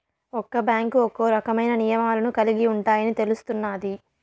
ఒక్క బ్యాంకు ఒక్కో రకమైన నియమాలను కలిగి ఉంటాయని తెలుస్తున్నాది